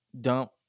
dump